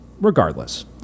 Regardless